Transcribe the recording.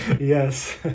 yes